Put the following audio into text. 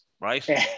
right